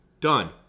done